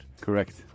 Correct